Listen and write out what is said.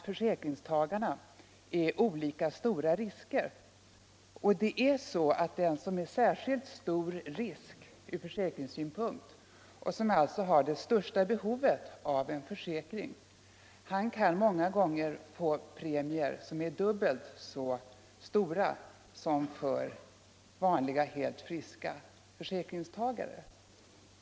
Försäkringstagarna är ju olika stora risker, och den som är en särskilt stor risk ur försäkringssynpunkt, och som alltså har det största behovet av en försäkring, kan många gånger få premier som är dubbelt så stora som för en vanlig, helt frisk försäkringstagare.